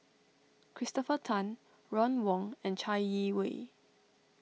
Christopher Tan Ron Wong and Chai Yee Wei